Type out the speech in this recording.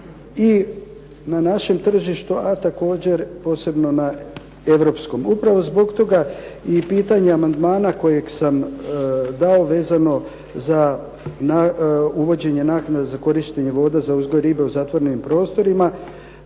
na našem tržištu, a također posebno na europskom. Upravo zbog toga i pitanje amandmana kojeg sam dao vezano za uvođenje naknada za korištenje voda za uzgoj ribe u zatvorenim prostorima